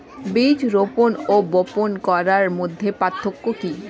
বীজ রোপন ও বপন করার মধ্যে পার্থক্য কি?